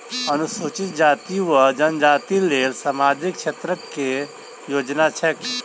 अनुसूचित जाति वा जनजाति लेल सामाजिक क्षेत्रक केँ योजना छैक?